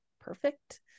perfect